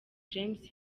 james